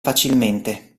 facilmente